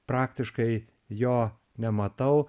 praktiškai jo nematau